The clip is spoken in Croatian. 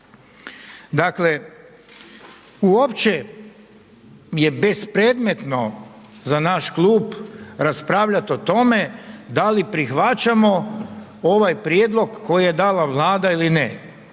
Dakle, uopće je bespredmetno za naš klub raspravljati o tome da li prihvaćamo ovaj prijedlog koji je dala Vlada ili ne.